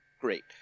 Great